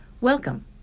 Welcome